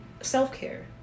self-care